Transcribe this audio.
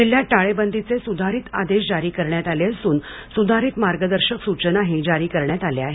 जिल्ह्यात टाळेबंदीचे सुधारित आदेश जारी करण्यात आले असून सुधारित मार्गदर्शक सूचना जारी करण्यात आल्या आहेत